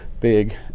big